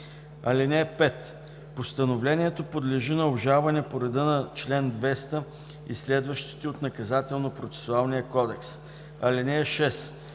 (5) Постановлението подлежи на обжалване по реда на чл. 200 и следващите от Наказателно-процесуалния кодекс. (6)